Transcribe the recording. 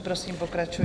Prosím, pokračujte.